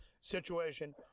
situation